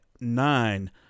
nine